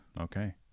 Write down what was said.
okay